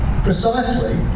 precisely